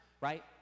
right